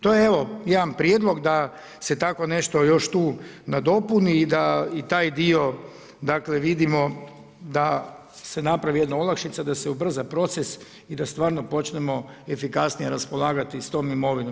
To je evo jedan prijedlog da se tako nešto još tu nadopuni i da i taj dio, dakle vidimo da se napravi jedna olakšica, da se ubrza proces i da stvarno počnemo efikasnije raspolagati sa tom imovinom.